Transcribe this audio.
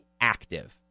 active